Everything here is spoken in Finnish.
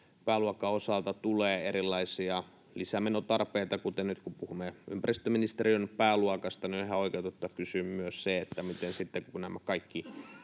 pääluokan osalta tulee erilaisia lisämenotarpeita, kuten nyt, kun puhumme ympäristöministeriön pääluokasta — on ihan oikeutettua kysyä myös, että kun nämä kaikki